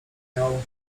miał